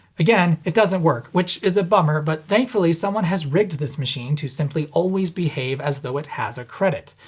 again it doesn't work, which is a bummer, but thankfully someone has rigged this machine to simply always behave as though it has a credit.